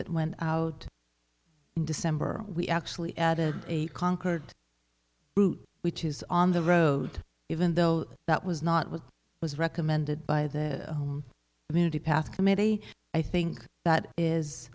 that went out in december we actually added a conquered route which is on the road even though that was not what was recommended by the community path committee i think that is